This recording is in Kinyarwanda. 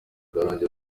karongi